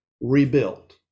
rebuilt